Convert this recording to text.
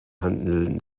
handeln